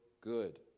good